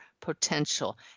potential